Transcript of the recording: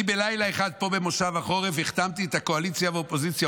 בלילה אחד פה במושב החורף אני החתמתי את הקואליציה ואת האופוזיציה.